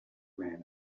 man